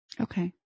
Okay